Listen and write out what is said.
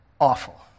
awful